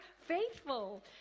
faithful